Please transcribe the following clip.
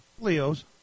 Leo's